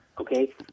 okay